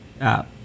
app